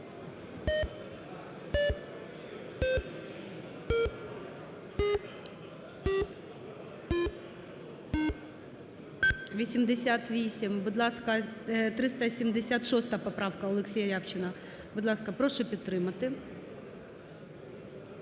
За-87 Будь ласка, 376 поправка Олексія Рябчина, будь ласка, прошу підтримати.